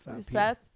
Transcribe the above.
Seth